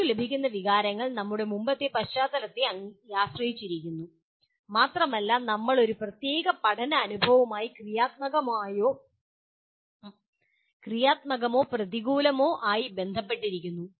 നമുക്ക് ലഭിക്കുന്ന വികാരങ്ങൾ നമ്മുടെ മുമ്പത്തെ പശ്ചാത്തലത്തെ ആശ്രയിച്ചിരിക്കുന്നു മാത്രമല്ല നമ്മൾ ഒരു പ്രത്യേക പഠന അനുഭവവുമായി ക്രിയാത്മകമോ പ്രതികൂലമോ ആയി ബന്ധപ്പെട്ടിരിക്കുന്നു